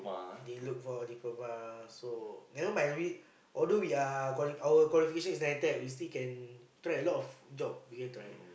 they look for diploma so nevermind we although we are quali~ our qualification is nine ten we still can try a lot of jobs we can try